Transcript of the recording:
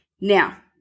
Now